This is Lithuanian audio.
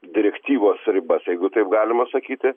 direktyvos ribas jeigu taip galima sakyti